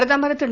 பிரதமர் திரு